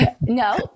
No